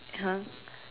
!huh!